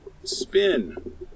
Spin